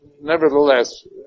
Nevertheless